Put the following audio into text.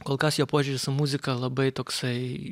kol kas jo požiūris į muziką labai toksai